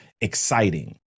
exciting